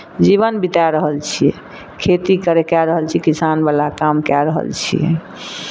जीवन बिता रहल छियै खेती करै कए रहल छियै किसानवला काम कए रहल छियै